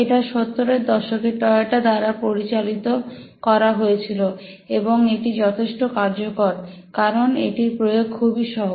এটা 70 এর দশকে টয়োটা দ্বারা প্রচলিত করা হয়েছিল এবং এটি যথেষ্ট কার্যকর কারণ এটির প্রয়োগ খুবই সহজ